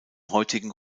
heutigen